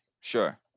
sure